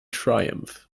triumph